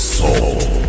soul